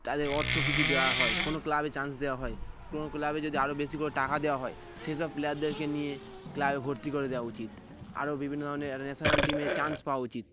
তাদের অর্থ কিছু দেওয়া হয় কোনো ক্লাবে চান্স দেওয়া হয় কোনো ক্লাবে যদি আরও বেশি করে টাকা দেওয়া হয় সেই সব প্লেয়ারদেরকে নিয়ে ক্লাবে ভর্তি করে দেওয়া উচিত আরও বিভিন্ন ধরনের ন্যাশনাল টিমে চান্স পাওয়া উচিত